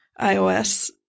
iOS